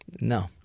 No